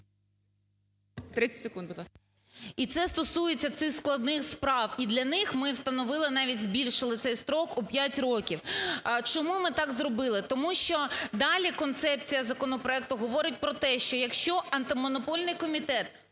І це стосується цих складних справ. І для них ми встановили навіть збільшили цей строк у 5 років. Чому ми так зробили? Тому що далі концепція законопроекту говорить про те, що, якщо Антимонопольний комітет